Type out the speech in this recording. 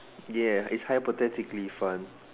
ya it's hypothetically fun